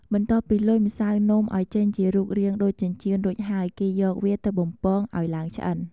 បន្ទាប់ពីលុញ ម្សៅនំឱ្យចេញជារូបរាងដូចចិញ្ចៀនរួចហើយ គេយកវាទៅបំពងឱ្យឡើងឆ្អិន។